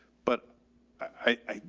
but i,